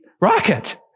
Rocket